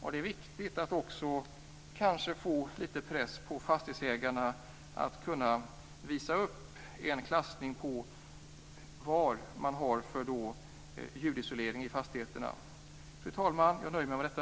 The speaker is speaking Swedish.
Det är viktigt att också få litet press på fastighetsägarna att visa upp vad de har för ljudisolering i fastigheterna. Fru talman! Jag nöjer mig med detta.